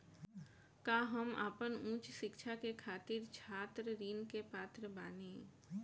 का हम आपन उच्च शिक्षा के खातिर छात्र ऋण के पात्र बानी?